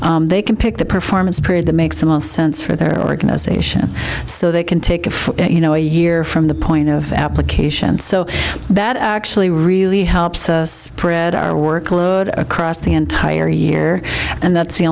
state they can pick the performance period that makes the most sense for their organization so they can take a you know a year from the point of the application so that actually really helps us praed our workload across the entire year and that's the